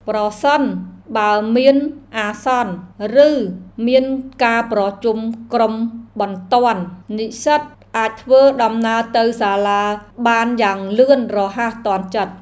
ប្រសិនបើមានអាសន្ន ឬមានការប្រជុំក្រុមបន្ទាន់ និស្សិតអាចធ្វើដំណើរទៅសាលាបានយ៉ាងលឿនរហ័សទាន់ចិត្ត។